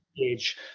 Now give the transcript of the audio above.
age